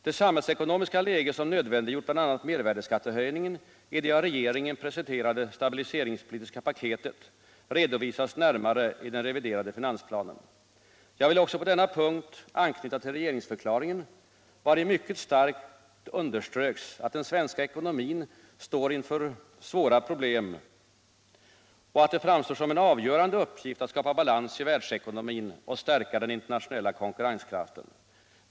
Det samhällsekonomiska läge, som nödvändiggjort bl.a. mervärdeskattehöjningen i det av regeringen presenterade stabiliseringspolitiska paketet, redovisas närmare i den reviderade finansplanen. Jag vill också på denna punkt anknyta till regeringsförklaringen, vari mycket starkt underströks, att den svenska ekonomin står inför svåra problem och att det framstår som en avgörande uppgift att skapa balans i världsekonomin och stärka den internationella konkurrenskraften.